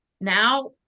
now